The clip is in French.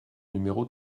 numéro